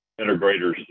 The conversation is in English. integrators